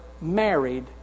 married